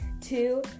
Two